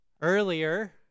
Earlier